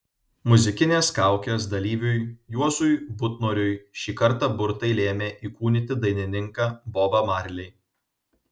muzikinės kaukės dalyviui juozui butnoriui šį kartą burtai lėmė įkūnyti dainininką bobą marley